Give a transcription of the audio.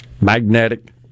magnetic